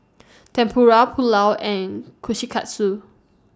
Tempura Pulao and Kushikatsu